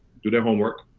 do their homework,